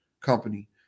company